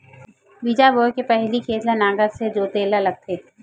बीज बोय के पहिली खेत ल नांगर से जोतेल लगथे?